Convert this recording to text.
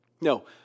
No